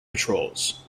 patrols